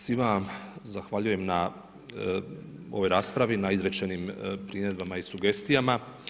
Svima vam zahvaljujem na ovom raspravi, na izrečenim primjedbama i sugestijama.